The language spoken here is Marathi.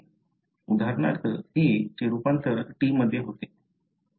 उदाहरणार्थ A चे रूपांतर T मध्ये होते